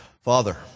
Father